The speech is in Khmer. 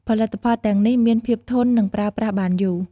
ផលិតផលទាំងនេះមានភាពធន់ និងប្រើប្រាស់បានយូរ។